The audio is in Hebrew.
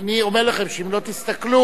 אני אומר לכם שאם לא תסתכלו,